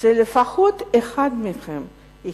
אלא שלפחות אחד מהם יהיה